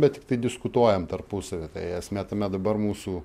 bet tiktai diskutuojam tarpusavy tai esmė tame dabar mūsų